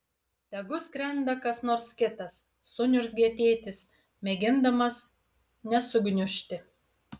tegu skrenda kas nors kitas suniurzgė tėtis mėgindamas nesugniužti